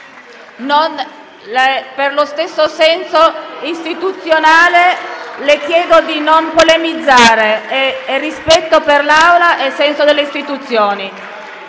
Per lo stesso senso istituzionale, le chiedo di non polemizzare; è rispetto per l'Assemblea e senso delle istituzioni